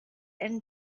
and